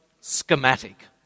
schematic